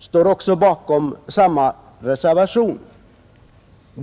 står också bakom samma reservation.